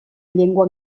llengua